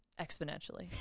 exponentially